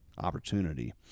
opportunity